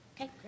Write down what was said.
Okay